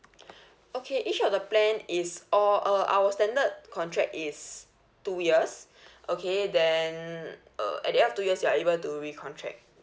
okay each of the plan is all uh our standard contract is two years okay then uh and the end of two years you're able to recontract